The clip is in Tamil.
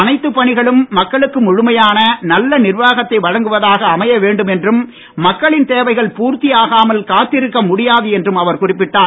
அனைத்து பணிகளும் மக்களுக்கு முழுமையான நல்ல நிர்வாகத்தை வழங்குவதாக அமைய வேண்டும் என்றும் மக்களின் தேவைகள் பூர்த்தி ஆகாமல் காத்திருக்க முடியாது என்றும் அவர் குறிப்பிட்டார்